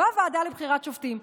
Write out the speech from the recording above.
בוועדה לבחירת שופטים.